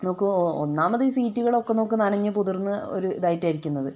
നോക്ക് ഒന്നാമത് ഈ സീറ്റുകളൊക്കെ നോക്ക് നനഞ്ഞ് കുതിർന്ന് ഒരു ഇതായിട്ടാ ഇരിക്കുന്നത്